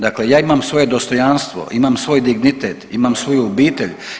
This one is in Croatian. Dakle ja imamo svoje dostojanstvo, imamo svoj dignitet, imam svoju obitelj.